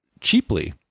cheaply